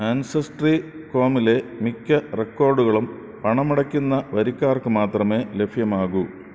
ancestry കോമിലെ മിക്ക റെക്കോർഡുകളും പണമടയ്ക്കുന്ന വരിക്കാർക്ക് മാത്രമേ ലഭ്യമാകൂ